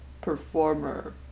performer